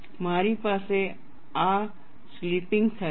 મારી પાસે આ સ્લિપિંગ થાય છે